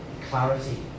clarity